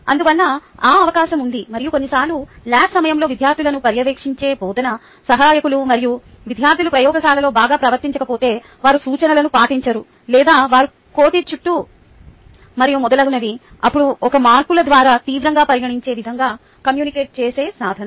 అందువల్ల ఆ అవకాశం ఉంది మరియు కొన్నిసార్లు ల్యాబ్ సమయంలో విద్యార్థులను పర్యవేక్షించే బోధనా సహాయకులు మరియు విద్యార్థులు ప్రయోగశాలలో బాగా ప్రవర్తించకపోతే వారు సూచనలను పాటించరు లేదా వారు కోతి చుట్టూ మరియు మొదలగునవి అప్పుడు ఒక మార్కుల ద్వారా తీవ్రంగా పరిగణించే విధంగా కమ్యూనికేట్ చేసే సాధనాలు